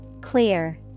Clear